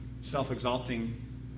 self-exalting